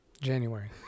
January